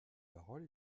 parole